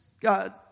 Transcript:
God